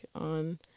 on